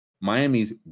Miami's